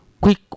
quick